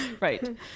Right